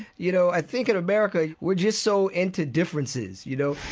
you know, i think in america we're just so into differences, you know.